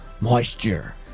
moisture